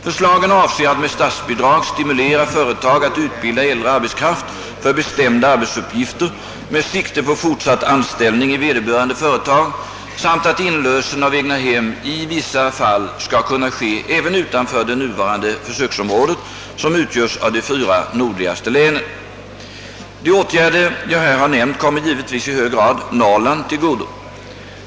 Förslagen avser att med statsbidrag stimulera företag att utbilda äldre arbetskraft för bestämda arbetsuppgifter med sikte på fortsatt anställning i vederbörande företag samt att inlösen av egnahem i vissa fall skall kunna ske även utanför det nuvarande försöksområdet som utgörs av de fyra nordligaste länen. De åtgärder jag här har nämnt kommer givetvis i hög grad Norrland till godo.